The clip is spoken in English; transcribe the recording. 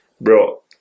bro